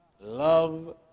love